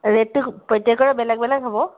ৰেটটো প্ৰত্যেকৰে বেলেগ বেলেগ হ'ব